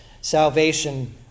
salvation